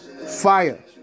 Fire